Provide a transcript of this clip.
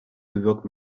bewirkt